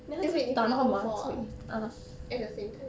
then 你拔 all four ah at the same time